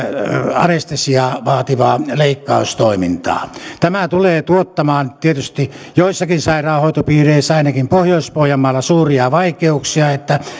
anestesiaa vaativaa leikkaustoimintaa tämä tulee tuottamaan tietysti joissakin sairaanhoitopiireissä ainakin pohjois pohjanmaalla suuria vaikeuksia että